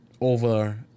over